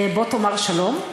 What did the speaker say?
"בוא תאמר שלום"?